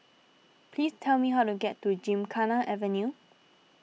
please tell me how to get to Gymkhana Avenue